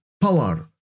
power